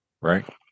Right